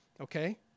Okay